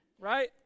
Right